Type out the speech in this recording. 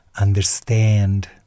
understand